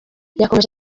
yakomeje